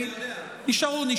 אתה לא חייב,